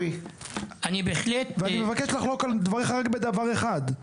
ואני מבקש לחלוק על דבריך רק בדבר אחד,